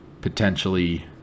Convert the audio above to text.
potentially